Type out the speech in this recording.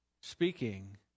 speaking